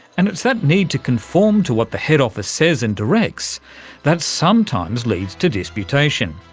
and it's that need to conform to what the head office says and directs that sometimes leads to disputation.